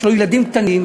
יש לו ילדים קטנים,